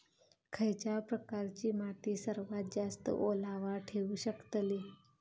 खयच्या प्रकारची माती सर्वात जास्त ओलावा ठेवू शकतली?